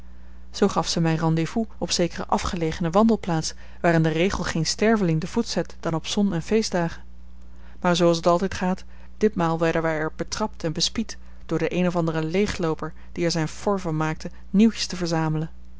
zoo gaf zij mij rendez-vous op zekere afgelegene wandelplaats waar in den regel geen sterveling den voet zet dan op zon en feestdagen maar zooals het altijd gaat ditmaal werden wij er betrapt en bespied door den een of anderen leeglooper die er zijn fort van maakte nieuwtjes te verzamelen